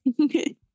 Okay